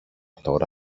τώρα